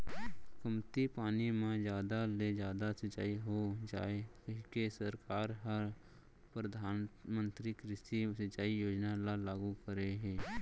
कमती पानी म जादा ले जादा सिंचई हो जाए कहिके सरकार ह परधानमंतरी कृषि सिंचई योजना ल लागू करे हे